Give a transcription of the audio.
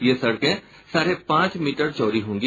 ये सड़कें साढ़े पांच मीटर चौड़ी होंगी